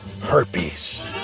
herpes